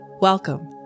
Welcome